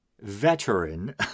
veteran